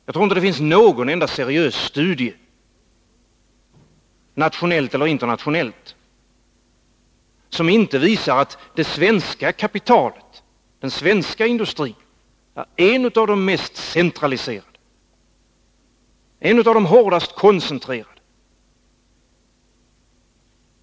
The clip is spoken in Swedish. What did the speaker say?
Jag tror inte att det finns någon enda seriös studie, nationell eller internationell, som inte visar att den svenska industrin är en av de mest centraliserade, en av de hårdast koncentrerade.